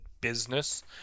business